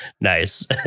Nice